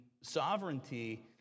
sovereignty